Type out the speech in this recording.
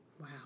Wow